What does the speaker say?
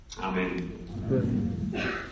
Amen